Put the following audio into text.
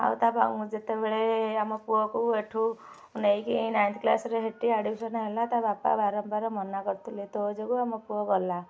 ଆଉ ଆଉ ଯେତେବେଳେ ଆମ ପୁଅକୁ ଏଠୁ ନେଇକି ନାଇନ୍ଥ କ୍ଲାସ୍ରେ ସେଠି ଆଡ଼ମିଶନ୍ ହେଲା ତା' ବାପା ବାରମ୍ବାର ମନା କରିଥିଲେ ତୋ ଯୋଗୁଁ ଆମ ପୁଅ ଗଲା